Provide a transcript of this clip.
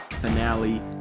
finale